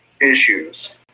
issues